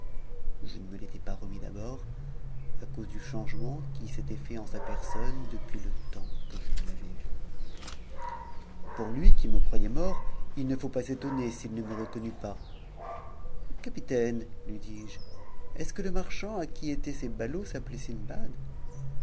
je ne me l'ëtac pas remis d'abord à cause du changement qui s'était fait en sa personn depuis que je ne l'avais vu pour lui qui me croyait mort ii ne faut point s'étonner s'il ne me connut pas capitaine lui dis-je est-ce que le marchand à qui eta p ces ballots